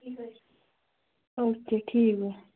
okay ٹھیٖک گوٚو